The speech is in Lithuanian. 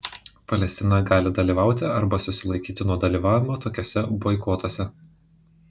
palestina gali dalyvauti arba susilaikyti nuo dalyvavimo tokiuose boikotuose